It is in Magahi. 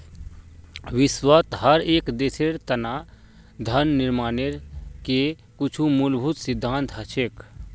विश्वत हर एक देशेर तना धन निर्माणेर के कुछु मूलभूत सिद्धान्त हछेक